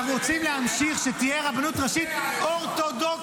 אנחנו רוצים להמשיך שתהיה רבנות ראשית אורתודוקסית,